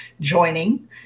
joining